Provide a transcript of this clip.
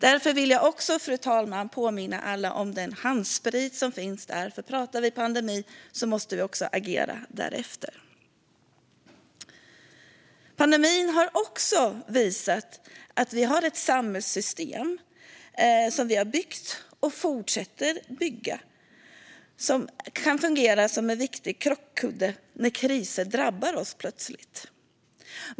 Därför vill jag också påminna alla om den handsprit som finns här. Pratar vi pandemi måste vi också agera därefter. Pandemin har också visat att vi har byggt och fortsätter bygga ett samhällssystem som kan fungera som en viktig krockkudde när krisen plötsligt drabbar oss.